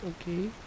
Okay